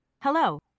hello